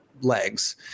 legs